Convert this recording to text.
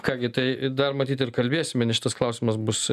ką gi tai dar matyt ir kalbėsime ne šitas klausimas bus